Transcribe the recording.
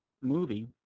movie